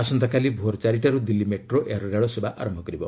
ଆସନ୍ତାକାଲି ଭୋର ଚାରିଟାରୁ ଦିଲ୍ଲୀ ମେଟ୍ରୋ ଏହାର ରେଳସେବା ଆରମ୍ଭ କରିବ